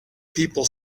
people